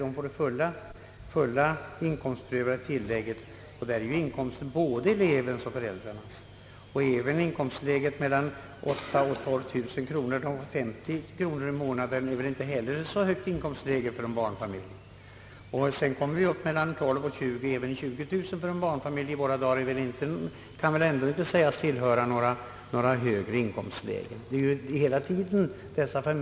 Då får de det fulla inkomstprövade tillägget. Inkomsten är ju där en summa av både elevens och föräldrarnas inkomster. Inte heller en inkomst mellan 8 000 och 12 000 kronor — alltså 50 kronor i månaden i bidrag — är väl ett så högt inkomstläge för en barnfamilj. Vi kommer sedan upp till inkomster mellan 12000 och 20000 kronor. Även en inkomst på 20 000 kronor för en barnfamilj kan väl i dagens läge ändå inte sägas utgöra någon högre inkomst.